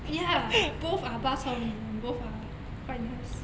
ya both are bak chor mee and both are quite nice